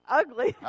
ugly